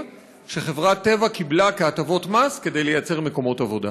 שחברת טבע קיבלה כהטבות מס כדי ליצור מקומות עבודה.